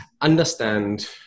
understand